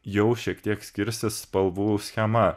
jau šiek tiek skirsis spalvų schema